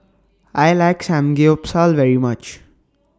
I like Samgeyopsal very much